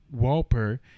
Walper